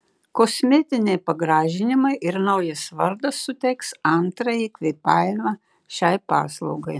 kosmetiniai pagražinimai ir naujas vardas suteiks antrąjį kvėpavimą šiai paslaugai